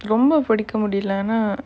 ரொம்ப படிக்க முடில ஆனா:romba padikka mudila aanaa